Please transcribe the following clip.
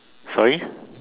sorry